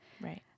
Right